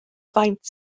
faint